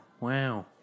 wow